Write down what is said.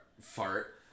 fart